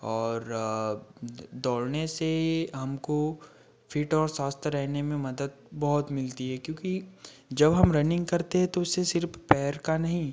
और दौड़ने से हमको फ़ीट और स्वस्थ रहने में मदद बहुत मिलती है क्योंकि जब हम रनिंग करते हैं तो उससे सिर्फ़ पैर का नहीं